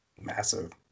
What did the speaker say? Massive